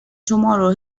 tomorrow